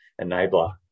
enabler